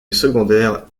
secondaire